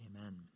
Amen